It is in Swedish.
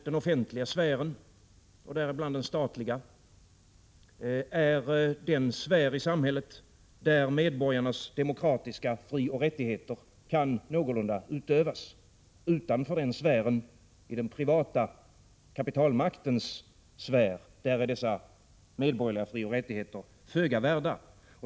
Den offentliga sfären, däribland den statliga, är den sfär i samhället där medborgarnas demokratiska frioch rättigheter någorlunda kan utövas. Utanför den sfären, i den privata kapitalmaktens sfär, är dessa medborgerliga frioch rättigheter föga värda.